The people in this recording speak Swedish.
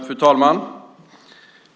Fru talman!